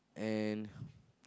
and